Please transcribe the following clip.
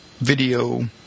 video